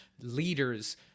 leaders